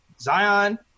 Zion